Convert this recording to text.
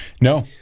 No